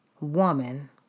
woman